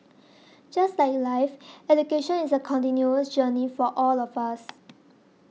just like life education is a continuous journey for all of us